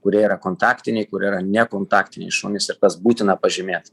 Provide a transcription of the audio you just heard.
kurie yra kontaktiniai kurie yra nekontaktiniai šunys ir tas būtina pažymėt